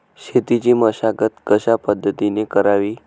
शेतीची मशागत कशापद्धतीने करावी?